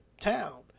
town